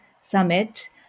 Summit